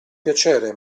piacere